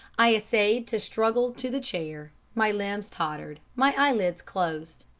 i essayed to struggle to the chair, my limbs tottered, my eyelids closed.